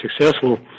successful